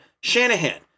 Shanahan